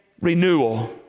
renewal